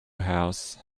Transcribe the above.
house